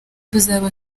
tuzaba